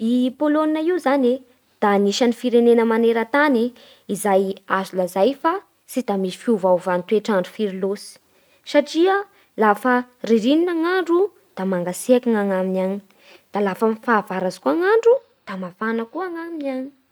I Polonina io zany e da anisan'ny firenena maneran-tany e izay azo lazay fa tsy da misy fiovaovan'ny toetr'andro firy loatsy satria lafa ririnina ny andro da mangatsiaky ny agnaminy agny; da lafa fahavaratsy kosa ny andro da mafana koa agnaminy any.